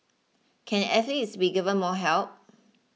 can athletes be given more help